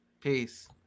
Peace